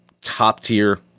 top-tier